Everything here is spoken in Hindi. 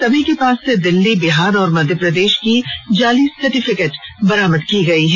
सभी के पास से दिल्ली बिहार और मध्य प्रदेश की जाली सर्टिफिकेट बरामद की गई है